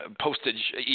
postage